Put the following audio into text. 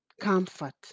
comfort